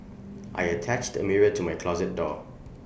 I attached A mirror to my closet door